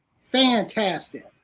Fantastic